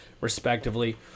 respectively